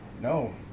no